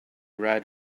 right